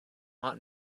want